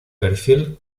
perfil